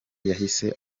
yahise